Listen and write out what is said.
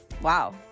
wow